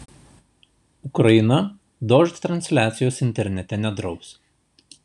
ukraina dožd transliacijos internete nedraus